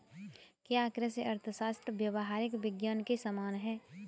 क्या कृषि अर्थशास्त्र व्यावहारिक विज्ञान के समान है?